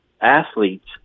athletes